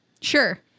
Sure